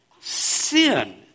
sin